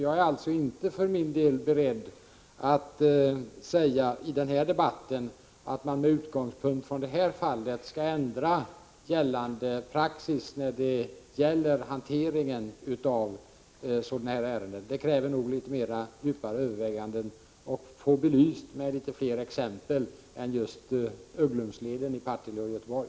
Jag är för min del inte beredd att i den här debatten säga att man med utgångspunkt i det här fallet skall ändra gällande praxis när det gäller hantering av sådana här ärenden. Det kräver nog djupare överväganden och en belysning med flera exempel än Ugglumsleden i Partille och Göteborg.